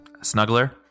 Snuggler